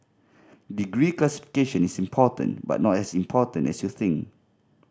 degree classification is important but not as important as you think